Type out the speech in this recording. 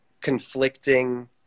conflicting